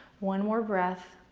one more breath.